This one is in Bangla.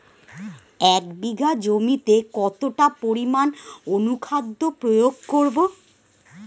এক বিঘা জমিতে কতটা পরিমাণ অনুখাদ্য প্রয়োগ করব?